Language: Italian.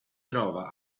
trova